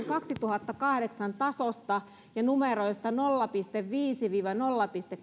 kaksituhattakahdeksan tasosta ja numeroista nolla pilkku viisi viiva nolla pilkku